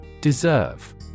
Deserve